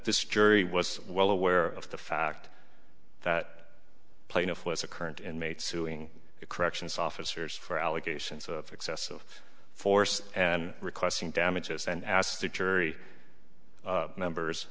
this jury was well aware of the fact that plaintiff was a current inmate suing corrections officers for allegations of excessive force and requesting damages and asked the jury members